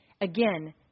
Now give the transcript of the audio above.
again